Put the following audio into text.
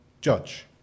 judge